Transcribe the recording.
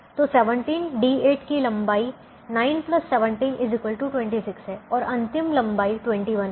तो 17D8 की लंबाई 9 17 26 है और अंतिम की लंबाई 21 है